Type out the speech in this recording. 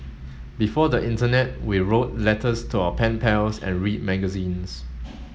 before the internet we wrote letters to our pen pals and read magazines